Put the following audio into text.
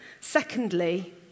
Secondly